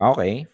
Okay